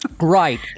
Right